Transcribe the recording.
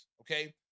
okay